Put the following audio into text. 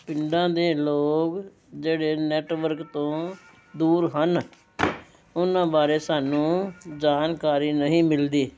ਪਿੰਡਾਂ ਦੇ ਲੋਕ ਜਿਹੜੇ ਨੈਟਵਰਕ ਤੋਂ ਦੂਰ ਹਨ ਉਹਨਾਂ ਬਾਰੇ ਸਾਨੂੰ ਜਾਣਕਾਰੀ ਨਹੀਂ ਮਿਲਦੀ